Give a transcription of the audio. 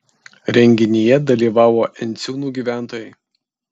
renginyje dalyvavo enciūnų gyventojai